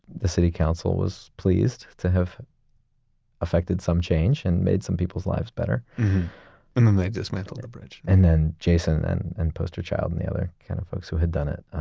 the city council was pleased to have effected some change and made some people's lives better and then they dismantled the bridge and then jason and and posterchild and the other kind of folks who had done it,